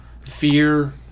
fear